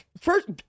first